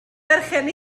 berchen